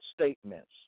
statements